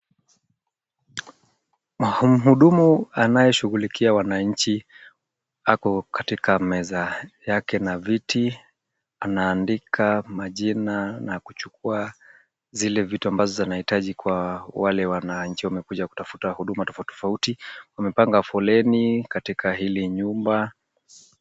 Mhudumu anayeshughulikia wananchi, ako katika meza yake na viti anaandika majina na kuchukua zile vitu ambazo anahitaji kwa wale wananchi wamekuja kutafuta huduma tofauti. Wamepanga foleni katika hili nyumba.